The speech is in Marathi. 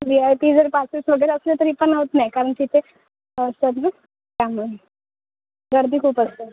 व्हीआयपी जर पासेस वगैरे असले तरी पण होत नाही कारण तिथे त्यामुळे गर्दी खूप असते